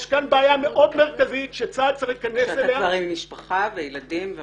יש כאן בעיה מאוד מרכזית שצה"ל צריך --- כשאתה כבר עם משפחה וילדים.